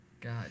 God